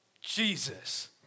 Jesus